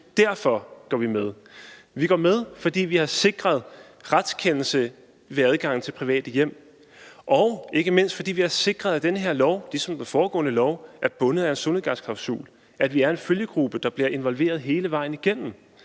Derfor går vi med. Vi går med, fordi vi har sikret retskendelse ved adgang til private hjem, og ikke mindst, fordi vi har sikret, at den her lov ligesom den foregående lov er bundet af en solnedgangsklausul, at vi er en følgegruppe, der bliver involveret hele vejen igennem,